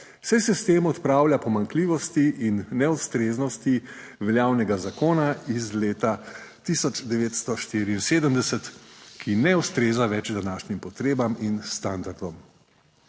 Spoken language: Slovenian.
saj se s tem odpravlja pomanjkljivosti in neustreznosti veljavnega zakona iz leta 1974, ki ne ustreza več današnjim potrebam in standardom.